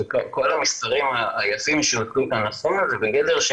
וכל המספרים היפים שנתנו כאן זה בגדר של